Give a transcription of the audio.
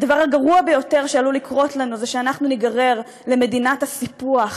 הדבר הגרוע ביותר שעלול לקרות לנו זה שאנחנו ניגרר למדינת הסיפוח,